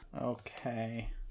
Okay